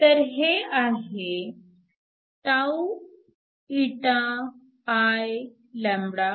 तर हे आहे τηIλhcD